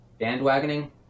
bandwagoning